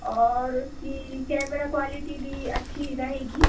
और उसकी camera quality भी अच्छी रहेगी